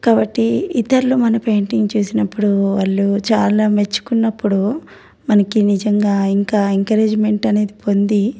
కాబట్టి ఇతరులు మన పెయింటింగ్ చూసినప్పుడు వాళ్ళు చాలా మెచ్చుకున్నప్పుడు మనకి నిజంగా ఇంకా ఎంకరేజ్మెంట్ అనేది పొంది